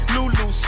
Lulu